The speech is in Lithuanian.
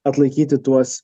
atlaikyti tuos